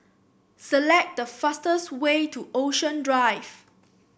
select the fastest way to Ocean Drive